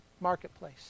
marketplace